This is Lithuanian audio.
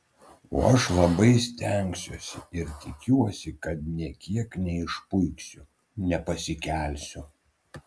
o aš labai stengsiuosi ir tikiuosi kad nė kiek neišpuiksiu nepasikelsiu